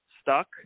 stuck